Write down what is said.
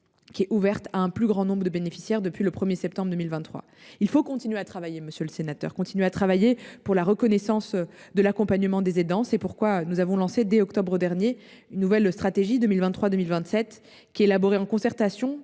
(AVA), ouverte à un plus grand nombre de bénéficiaires depuis le 1 septembre 2023. Il faut cependant continuer à travailler pour la reconnaissance et l’accompagnement des aidants. C’est pourquoi nous avons lancé, en octobre dernier, une nouvelle stratégie 2023 2027, élaborée en concertation